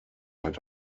hat